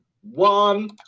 one